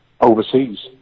overseas